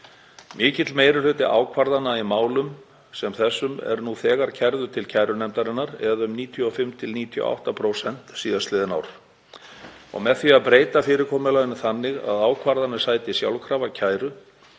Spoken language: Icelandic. Mikill meiri hluti ákvarðana í málum sem þessum er nú þegar kærðu til kærunefndarinnar eða um 95–98% síðastliðin ár og með því að breyta fyrirkomulaginu þannig að ákvarðanir sæti sjálfkrafa kæru